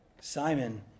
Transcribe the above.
Simon